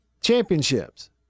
championships